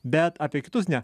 bet apie kitus ne